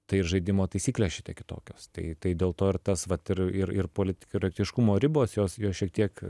tai ir žaidimo taisyklės šiek tiek kitokios tai tai dėl to ir tas vat ir ir ir politkorektiškumo ribos jos jos šiek tiek